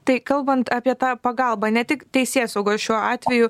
tai kalbant apie tą pagalbą ne tik teisėsaugoj šiuo atveju